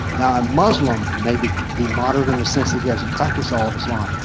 now a muslim may be be moderate in the sense that he doesn't practice all of islam.